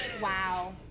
Wow